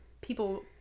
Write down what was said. people